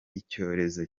icyorezo